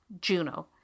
Juno